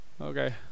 Okay